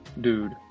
dude